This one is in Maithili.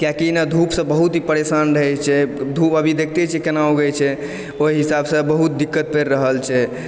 किआकि नऽ धूपसँ बहुत ही परेशान रहय छै धूप अभी देखते छी केना उगय छै ओहि हिसाबसँ बहुत दिक्कत पड़ि रहल छै